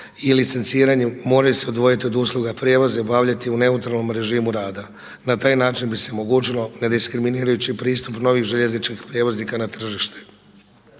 i licenciranju moraju se odvojiti od usluga prijevoza i obavljati u neutralnom režimu rada. Na taj način bi se omogućilo nediskriminirajući pristup novih željezničkih prijevoznika na tržište.